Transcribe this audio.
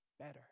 better